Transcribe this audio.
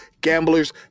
Gamblers